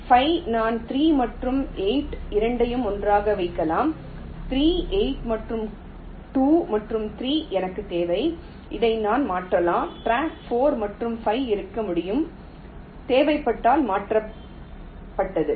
5 நான் 3 மற்றும் 8 இரண்டையும் ஒன்றாக வைக்கலாம் 3 8 மற்றும் 2 மற்றும் 3 எனக்கு தேவை இதை நான் மாற்றலாம் ட்ராக் 4 மற்றும் 5 இருக்க முடியும் தேவைப்பட்டால் மாற்றப்பட்டது